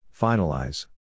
Finalize